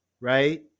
right